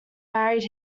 married